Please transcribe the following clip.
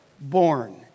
Born